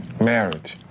Marriage